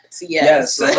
yes